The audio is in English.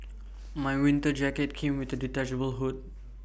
my winter jacket came with A detachable hood